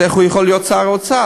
אז איך הוא יכול להיות שר האוצר?